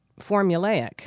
formulaic